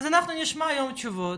אז אנחנו נשמע היום תשובות,